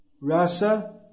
Rasa